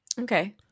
okay